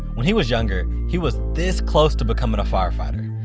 when he was younger, he was this close to becoming a firefighter.